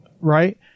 right